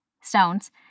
Stones